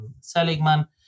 Seligman